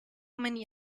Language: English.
many